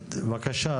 בבקשה,